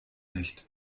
nicht